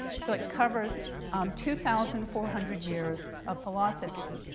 so it covers um two thousand four hundred years of philosophy.